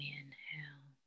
inhale